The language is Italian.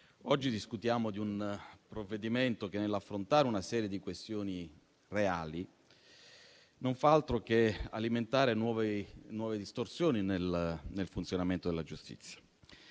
oggi discutiamo di un provvedimento che, nell'affrontare una serie di questioni reali, non fa altro che alimentare nuove distorsioni nel funzionamento della giustizia.